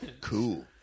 Cool